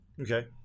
Okay